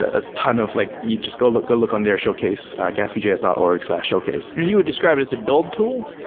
a ton of like you just go look go look on their showcase, gatsbyjs dot org slash showcase. you would describe as a build tool?